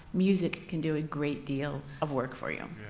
music can do a great deal of work for you.